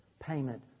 payment